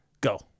Go